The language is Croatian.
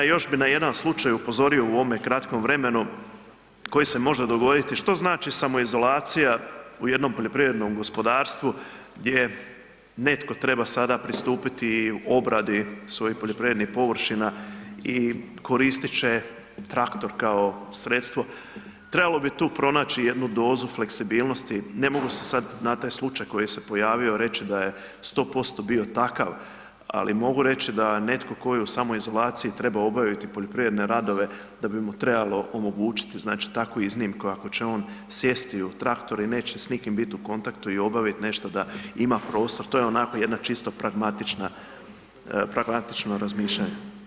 Na još bi na jedan slučaj upozorio u ovome kratkom vremenu koji se može dogoditi, što znači samoizolacija u jednom poljoprivrednom gospodarstvu gdje netko treba sada pristupiti obradi svojih poljoprivrednih površina, i koristit će traktor kao sredstvo, trebalo bi tu pronaći jednu dozu fleksibilnosti, ne mogu se sad na taj slučaj koji se pojavio, reći da je 100% bio takav, ali mogu reći da netko tko je u samoizolaciji treba obaviti poljoprivredne radove da bi mu trebalo omogućiti znači takvu iznimku ako će on sjesti u traktor i neće s nikim biti u kontaktu i obaviti nešto da ima prostor, to je onako jedna čisto pragmatična, pragmatično razmišljanje.